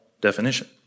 definition